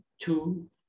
two